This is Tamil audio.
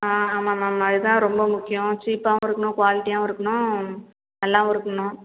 ஆமாம் மேம் அது தான் ரொம்ப முக்கியம் சீப்பாகவும் இருக்கணும் குவாலிட்டியாகவும் இருக்கணும் நல்லாவும் இருக்கணும்